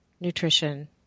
nutrition